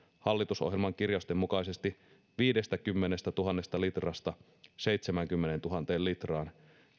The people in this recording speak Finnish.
hallitusohjelman kirjausten mukaisesti viidestäkymmenestätuhannesta litrasta seitsemäänkymmeneentuhanteen litraan